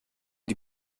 die